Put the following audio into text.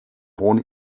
hohen